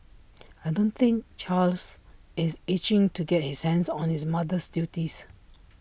I don't think Charles is itching to get his hands on his mother's duties